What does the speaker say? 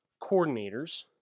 coordinators